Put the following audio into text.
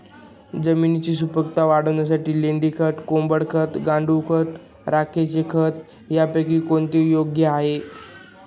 जमिनीची सुपिकता वाढवण्यासाठी लेंडी खत, कोंबडी खत, गांडूळ खत, राखेचे खत यापैकी कोणते योग्य आहे?